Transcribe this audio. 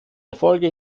erfolge